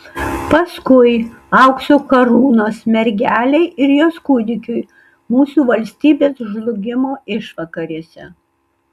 paskui aukso karūnos mergelei ir jos kūdikiui mūsų valstybės žlugimo išvakarėse